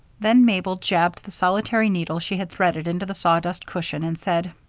then mabel jabbed the solitary needle she had threaded into the sawdust cushion and said